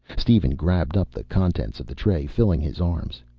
steven grabbed up the contents of the tray, filling his arms.